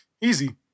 Easy